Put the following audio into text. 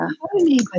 holy